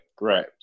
Right